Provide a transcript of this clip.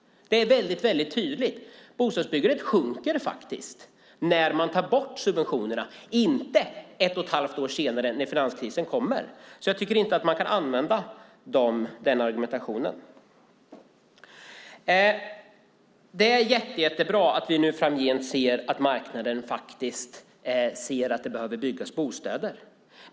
Det är väldigt tydligt. Bostadsbyggandet sjunker när man tar bort subventionerna, inte ett och ett halvt år senare när finanskrisen kommer. Jag tycker inte att man kan använda den argumentationen. Det är jättebra att marknaden framgent ser att det behöver byggas bostäder.